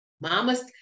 mama's